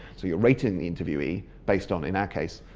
so you're rating the interviewee based on, in our case,